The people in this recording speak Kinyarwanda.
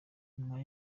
nyuma